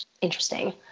interesting